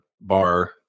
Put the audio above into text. bar